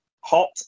hot